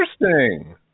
interesting